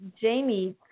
Jamie